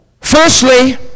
Firstly